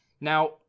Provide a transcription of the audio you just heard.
Now